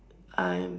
I'm